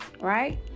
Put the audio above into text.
right